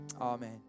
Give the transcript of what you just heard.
Amen